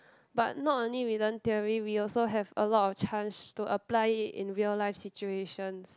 but not only we learn theory we also have a lot of chance to apply it in real life situations